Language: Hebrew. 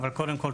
אבל קודם כל,